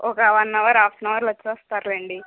ఒక one hour half an అవర్లో వచ్చేస్తారులెండి